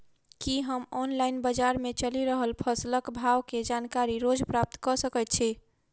की हम ऑनलाइन, बजार मे चलि रहल फसलक भाव केँ जानकारी रोज प्राप्त कऽ सकैत छी?